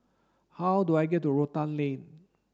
how do I get to Rotan Lane